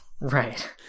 Right